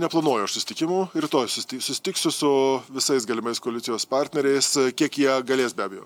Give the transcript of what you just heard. neplanuoju aš susitikimų rytoj susitiksiu susitiksiu su visais galimais koalicijos partneriais kiek jie galės be abejo